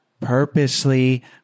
purposely